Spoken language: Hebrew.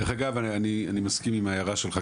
דרך אגב, אני מסכים עם ההערה שלך.